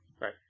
Right